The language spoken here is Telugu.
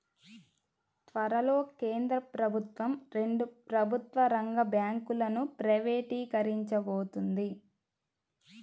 త్వరలో కేంద్ర ప్రభుత్వం రెండు ప్రభుత్వ రంగ బ్యాంకులను ప్రైవేటీకరించబోతోంది